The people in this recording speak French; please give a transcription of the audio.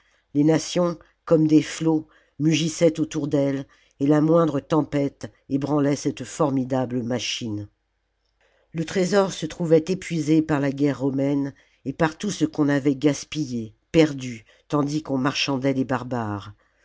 les nations comme des flots mugissaient autour d'elle et la moindre tempête ébranlait cette formidable machine le trésor se trouvait épuisé par la guerre romaine et par tout ce qu'on avait gaspillé perdu tandis qu'on marchandait les barbares